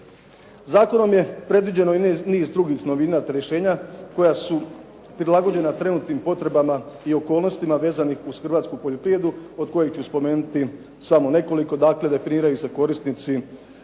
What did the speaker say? Zakonom je predviđeno i niz drugih novina te rješenja koja su prilagođena trenutnim potrebama i okolnostima vezanih uz hrvatsku poljoprivredu od kojih ću spomenuti samo nekoliko. Dakle, definiraju se korisnici